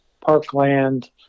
parkland